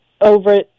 over